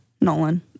Nolan